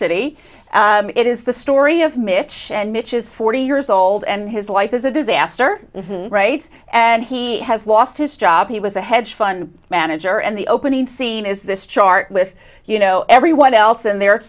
city it is the story of mitt and mitch is forty years old and his life is a disaster right and he has lost his job he was a hedge fund manager and the opening scene is this chart with you know everyone else and their